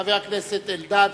חבר הכנסת אלדד,